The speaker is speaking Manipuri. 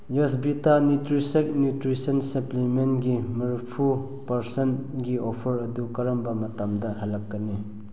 ꯌꯣꯁꯕꯤꯇꯥ ꯅ꯭ꯌꯨꯇ꯭ꯔꯤꯁꯦꯛ ꯅ꯭ꯌꯨꯇ꯭ꯔꯤꯁꯟ ꯁꯄ꯭ꯂꯤꯃꯦꯟꯒꯤ ꯃꯔꯤꯐꯨ ꯄꯔꯁꯦꯟꯒꯤ ꯑꯣꯐꯔ ꯑꯗꯨ ꯀꯔꯝꯕ ꯃꯇꯝꯗ ꯍꯜꯂꯛꯀꯅꯤ